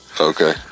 Okay